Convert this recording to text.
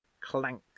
clank